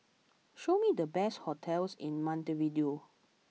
show me the best hotels in Montevideo